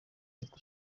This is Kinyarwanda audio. gusaba